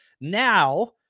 Now